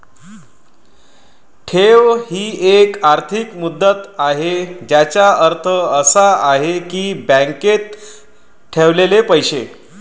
ठेव ही एक आर्थिक मुदत आहे ज्याचा अर्थ असा आहे की बँकेत ठेवलेले पैसे